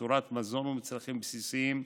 בצורת מזון ומצרכים בסיסיים,